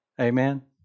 Amen